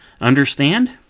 Understand